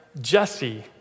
Jesse